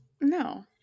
No